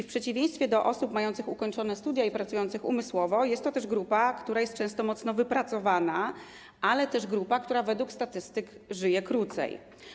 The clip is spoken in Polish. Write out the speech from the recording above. W przeciwieństwie do osób mających ukończone studia i pracujących umysłowo jest to też grupa, która jest często mocno wypracowana, a także grupa, która według statystyk żyje krócej.